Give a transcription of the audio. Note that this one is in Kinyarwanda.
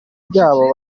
byabo